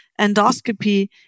endoscopy